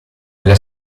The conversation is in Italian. della